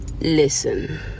listen